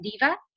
Diva